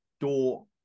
door